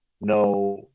no